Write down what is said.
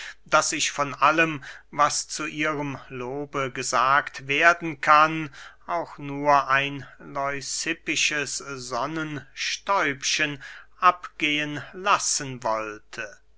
daß ich von allem was zu ihrem lobe gesagt werden kann auch nur ein leucippisches sonnenstäubchen abgehen lassen wollte